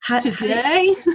Today